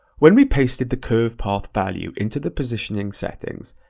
when we pasted the curved path value into the positioning settings,